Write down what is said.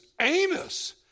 Amos